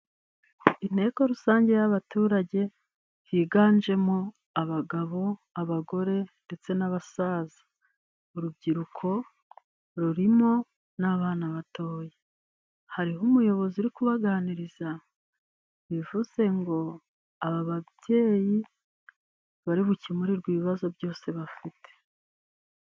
Inteko rusange y'abaturage higanjemo, abagabo, abagore ndetse n'abasaza urubyiruko rurimo n'abana batoya, hariho umuyobozi uri kubaganiriza, bivuze ngo aba babyeyi bari bukemurirwe ibibazo byose bafite.